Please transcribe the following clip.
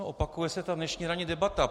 Opakuje se ta dnešní ranní debata.